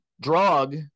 drug